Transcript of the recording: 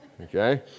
Okay